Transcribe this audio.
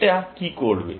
এটা কি করবে